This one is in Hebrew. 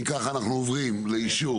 אם כך, אנחנו עוברים לאישור.